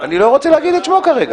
אני לא רוצה להגיד את שמו כרגע.